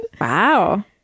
wow